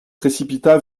précipita